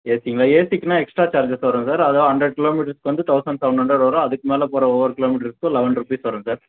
ஏசிங்களா ஏசிக்குனா extra charges வரும் sir அதுவும் ஹண்ரட் கிலோமீட்டர்ஸ்க்கு வந்து தௌசண்ட் செவன் ஹண்ரட் வரும் அதுக்கு மேலே போகிற ஒவ்வொரு கிலோமீட்டர்ஸ்க்கும் லெவன் ருப்பீஸ் வரும் சார்